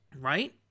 Right